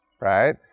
Right